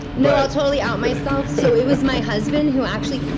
no. i'll totally out myself. so it was my husband who actually.